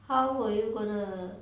how will you gonna